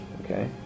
Okay